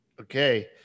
Okay